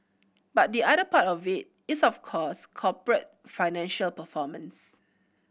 but the other part of it is of course corporate financial performance